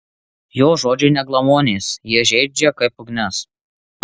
jo žodžiai ne glamonės jie žeidžia kaip ugnis